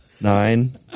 Nine